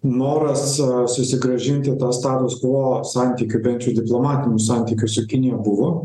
noras susigrąžinti tą status quo santykių bent jau diplomatinių santykių su kinija buvo